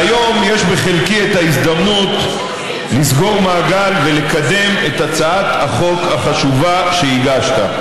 היום יש בחלקי את ההזדמנות לסגור מעגל ולקדם את הצעת החוק החשובה שהגשת.